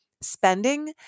spending